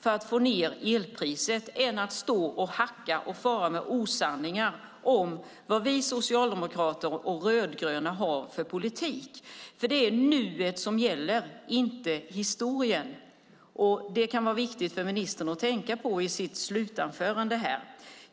för att ned elpriset än att stå och hacka och fara med osanningar om vad vi socialdemokrater och De rödgröna har för politik. Det är nuet som gäller, inte historien. Det kan vara viktigt för ministern att tänka på i sitt slutanförande.